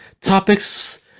topics